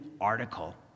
article